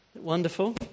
Wonderful